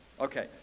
Okay